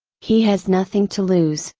he has nothing to lose,